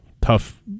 tough